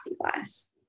glass